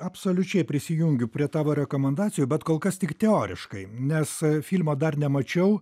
absoliučiai prisijungiu prie tavo rekomendacijų bet kol kas tik teoriškai nes filmo dar nemačiau